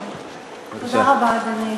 תודה רבה, אדוני.